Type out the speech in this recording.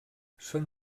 són